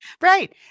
Right